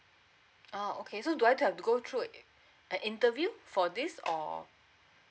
oh okay so do I have to go through an interview for this or